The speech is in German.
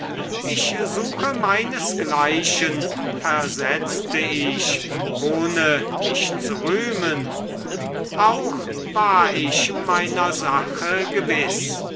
ich suche meinesgleichen versetzte ich ohne mich zu rühmen auch war ich meiner sache gewiß